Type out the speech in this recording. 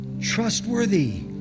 trustworthy